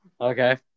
Okay